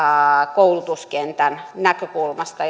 koulutuskentän näkökulmasta